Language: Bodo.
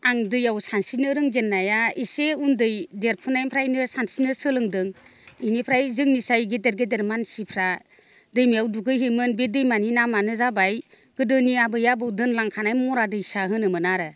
आं दैयाव सानस्रिनो रोंजेननाया एसे उन्दै देरफुनायनिफ्रायनो सानस्रिनो सोलोंदों बेनिफ्राय जोंनि जाय गेदेर गेदेर मानसिफ्रा दैमायाव दुगै हैयोमोन बे दैमानि नामानो जाबाय गोदोनि आबै आबौ दोनलांनायखानाय मरा दैसा होनोमोन आरो